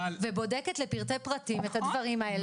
ובודקת לפרטי-פרטים את הדברים האלה.